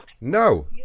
No